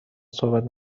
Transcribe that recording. صحبت